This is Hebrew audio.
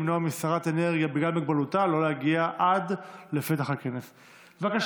למנוע משרת אנרגיה בגלל מוגבלותה לא להגיע עד לפתח הכנס.